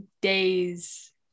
days